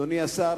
אדוני השר,